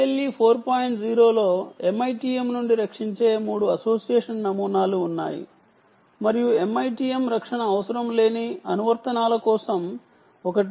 0 లో MITM నుండి రక్షించే 3 అసోసియేషన్ నమూనాలు ఉన్నాయి మరియు MITM రక్షణ అవసరం లేని అనువర్తనాల కోసం ఒకటి